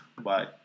Bye